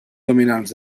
dominants